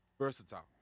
versatile